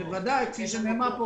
ובוודאי כפי שנאמר פה